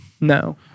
No